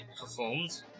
performed